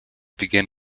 begin